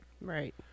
right